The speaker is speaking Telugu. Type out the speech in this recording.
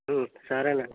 సరే లేండి